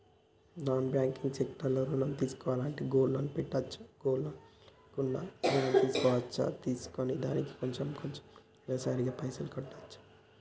Non banking sector లో ఋణం తీసుకోవాలంటే గోల్డ్ లోన్ పెట్టుకోవచ్చా? గోల్డ్ లోన్ లేకుండా కూడా ఋణం తీసుకోవచ్చా? తీసుకున్న దానికి కొంచెం కొంచెం నెలసరి గా పైసలు కట్టొచ్చా?